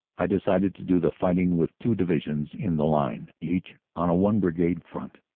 i decided to do the fighting with two divisions in the line, each on a one-brigade front,